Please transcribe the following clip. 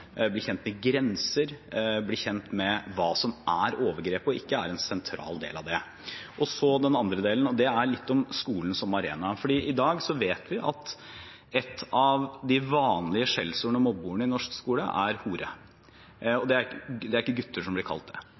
kjent med grenser, bli kjent med hva som er overgrep og ikke, er en sentral del av det. Så den andre delen, og det er litt om skolen som arena. I dag vet vi at et av de vanlige skjellsordene og mobbeordene i norsk skole er hore, og det er ikke gutter som blir kalt det. Vi vet at altfor mange jenter blir utsatt for det